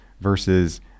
versus